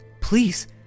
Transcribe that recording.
please